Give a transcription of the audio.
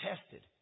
tested